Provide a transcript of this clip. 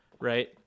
right